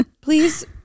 Please